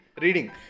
reading